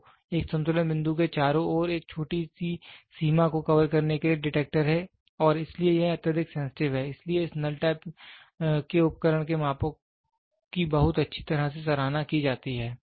तो एक संतुलन बिंदु के चारों ओर एक छोटी सी सीमा को कवर करने के लिए डिटेक्टर है और इसलिए यह अत्यधिक सेंसिटिव है इसलिए इस नल टाइप के उपकरण के मापो की बहुत अच्छी तरह से सराहना की जाती है